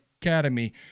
Academy